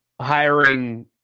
hiring